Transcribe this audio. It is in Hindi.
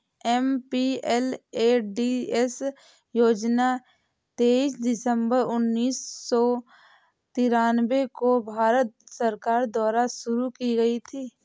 एम.पी.एल.ए.डी.एस योजना तेईस दिसंबर उन्नीस सौ तिरानवे को भारत सरकार द्वारा शुरू की गयी थी